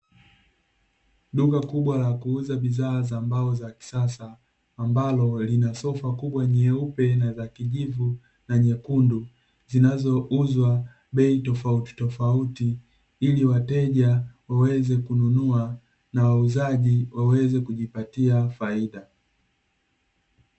Duka kubwa la kuuza bidhaa za mbao za kisasa ambalo lina sofa kubwa jeupe, la kijivu na nyekundu, zinazouzwa bei tofautitofauti, ili wateja waweze kununua, na wauzaji waweze kujipatia faida.